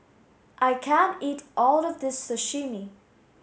I can't eat all of this Sashimi